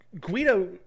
Guido